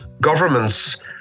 governments